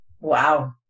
Wow